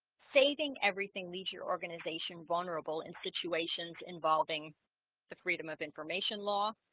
saving everything leaves your organization vulnerable in situations involving the freedom of information law